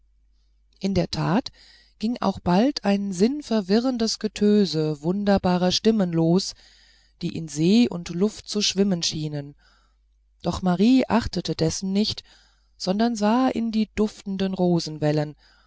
in der tat ging auch bald ein sinnverwirrendes getöse wunderbarer stimmen los die in see und luft zu schwimmen schienen doch marie achtete dessen nicht sondern sah in die duftenden